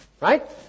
Right